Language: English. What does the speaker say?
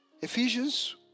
Ephesians